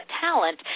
talent